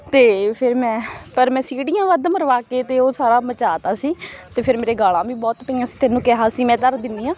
ਅਤੇ ਫਿਰ ਮੈਂ ਪਰ ਮੈਂ ਸੀਟੀਆਂ ਵੱਧ ਮਰਵਾ ਕੇ ਅਤੇ ਉਹ ਸਾਰਾ ਮਚਾ ਤਾ ਸੀ ਅਤੇ ਫਿਰ ਮੇਰੇ ਗਾਲ੍ਹਾਂ ਵੀ ਬਹੁਤ ਪਈਆਂ ਸੀ ਤੈਨੂੰ ਕਿਹਾ ਸੀ ਮੈਂ ਧਰ ਦਿੰਦੀ ਹਾਂ